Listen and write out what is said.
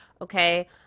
okay